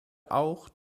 auch